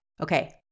okay